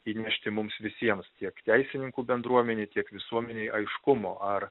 įnešti mums visiems tiek teisininkų bendruomenei tiek visuomenei aiškumo ar